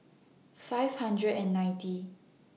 five hundred and ninety